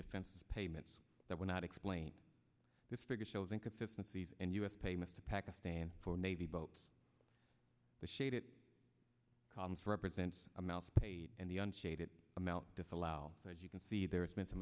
defense payments that were not explain this figure shows inconsistencies and u s payments to pakistan for navy boats the shade it comes represents amounts paid and the unshaded amount disallow as you can see there's been some